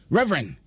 Reverend